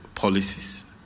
policies